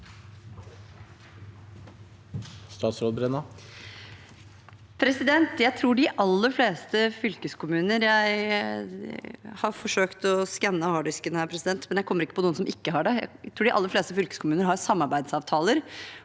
Jeg tror de aller fleste fylkeskommuner har samarbeidsavtaler